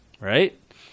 Right